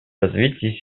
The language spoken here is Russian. развитии